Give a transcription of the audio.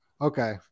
Okay